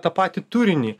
tą patį turinį